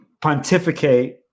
pontificate